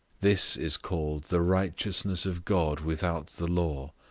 this is called the righteousness of god without the law,